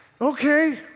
Okay